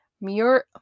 Muir